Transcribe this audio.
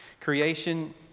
Creation